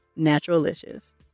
Naturalicious